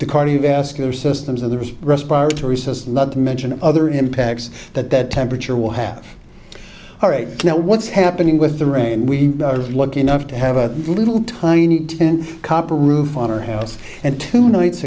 the cardiovascular systems of the respiratory system not to mention other impacts that that temperature will have all right now what's happening with the rain we are lucky enough to have a little tiny ten copper roof on our house and two nights